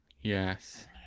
Yes